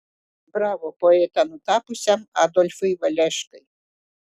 bravo poetą nutapiusiam adolfui valeškai